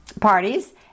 parties